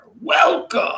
Welcome